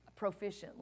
proficiently